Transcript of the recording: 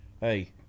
hey